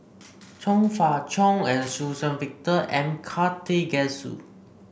Chong Fah Cheong and Suzann Victor M Karthigesu